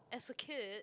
as a kid